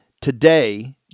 Today